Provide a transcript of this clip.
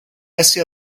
essi